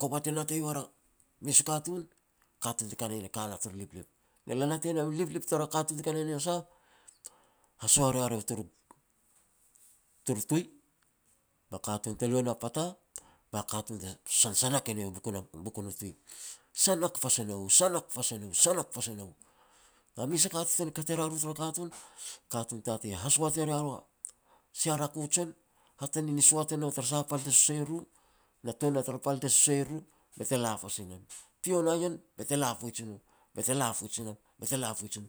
Kova te natei war u mes u katun, katun te ka na ien e ka na turu liplip. Ne le natei nom a liplip tara katun te ka na ien a sah? Hasoh e ria ru turu-turu tui, ba katun te lu e na pata, ba katun te sansanak e ne nou bukun u tui. Sanak pas e nou, sanak pas e nou, sanak pas e nou. Na mes a ka te tuan kat e ria ru tara katun, katun tatei hasoat e ria ru sia rako jen, hatane ni soat e nou tara pal te susei ruru, na tun na tara pal te susei ruru, be te la pasi nam. Pio na ien, be te la poij i no, be te la poij i nam, be te la poij i no